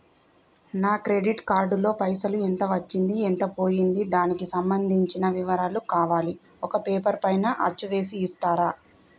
నా credit card లో పైసలు ఎంత వచ్చింది ఎంత పోయింది దానికి సంబంధించిన వివరాలు కావాలి ఒక పేపర్ పైన అచ్చు చేసి ఇస్తరా?